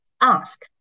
ask